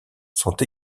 sont